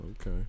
Okay